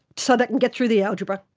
so they can get through the algebra.